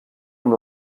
amb